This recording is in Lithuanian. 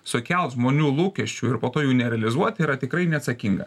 sukelt žmonių lūkesčių ir po to jų nerealizuoti yra tikrai neatsakinga